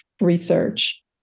research